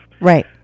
Right